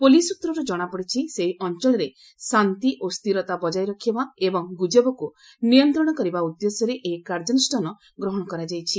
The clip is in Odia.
ପୁଲିସ୍ ସ୍ଚତ୍ରରୁ ଜଣାପଡ଼ିଛି ସେହି ଅଞ୍ଚଳରେ ଶାନ୍ତି ଓ ସ୍ଥିରତା ବଜାୟ ରଖିବା ଏବଂ ଗୁଜବକୁ ନିୟନ୍ତ୍ରଣ କରିବା ଉଦ୍ଦେଶ୍ୟରେ ଏହି କାର୍ଯ୍ୟାନୁଷ୍ଠାନ ଗ୍ରହଣ କରାଯାଇଛି